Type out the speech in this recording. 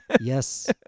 Yes